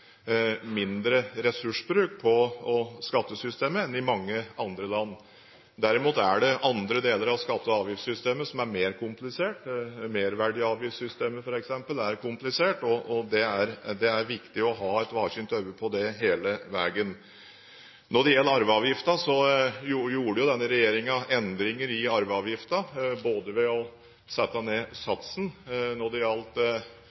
mindre ressursbruk på skattesystemet enn i mange andre land. Derimot er det andre deler av skatte- og avgiftssystemet som er mer komplisert, merverdiavgiftssystemet f.eks. er komplisert, og det er viktig å ha et våkent øye på det hele veien. Når det gjelder arveavgiften, gjorde denne regjeringen endringer i arveavgiften ved å sette ned satsen knyttet til arv i rett nedadgående rekke, samtidig som en økte bunnfradraget betydelig, til det